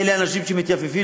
אלה שמתייפייפים,